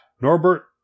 Norbert